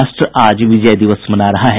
राष्ट्र आज विजय दिवस मना रहा है